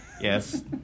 yes